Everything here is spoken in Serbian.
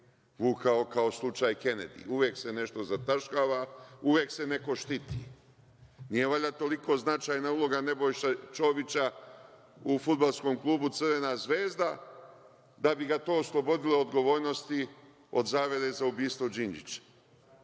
vukao kao slučaj Kenedi. Uvek se nešto zataškava, uvek se neko štiti. Nije valjda toliko značajna uloga Nebojše Čovića u fudbalskom klubu „Crvena zvezda“, da bi ga to oslobodilo odgovornosti od zavere za ubistvo Đinđića?